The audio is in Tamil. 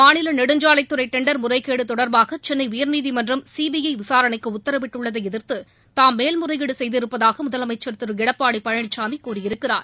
மாநில நெடுஞ்சாலைத்துறை டெண்டர் முறைகேடு தொடர்பாக சென்னை உயர்நீதிமன்றம் சிபிற விசாரணைக்கு உத்தரவிட்டுள்ளதை எதிா்த்து தாம் மேல்முறையீடு செய்திருப்பதாக முதலமைச்ச் திரு எடப்பாடி பழனிசாமி கூறியிருக்கிறார்